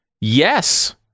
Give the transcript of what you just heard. Yes